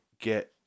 get